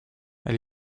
elle